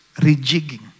rejigging